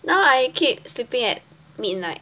now I keep sleeping at midnight